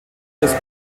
des